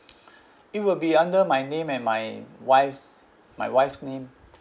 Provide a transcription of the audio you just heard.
it will be under my name and my wife's my wife's name